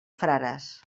frares